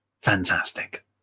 fantastic